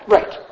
Right